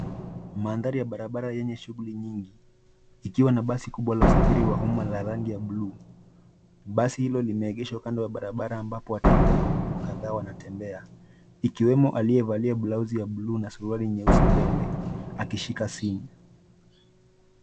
Magari ya barabara yenye shughuli nyingi ikiwa na basi kubwa la usafiri wa uma la rangi ya buluu. Basi hilo limeegeshwa kando ya barabara ambapo watembea kwa miguu kadhaa wanatembea, ikiwemo aliyevalia blausi ya buluu na suruali nyeusi mbele akishika simu.